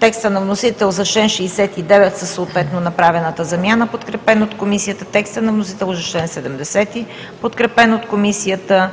текста на вносителя за чл. 69 със съответно направената замяна, подкрепен от Комисията; текста на вносителя за чл. 70, подкрепен от Комисията;